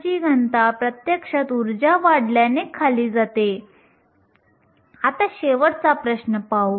तर आपण पुढे जाऊ आणि Ef काढून टाकू जेथे n आणि p एकत्र गुणाकार होतो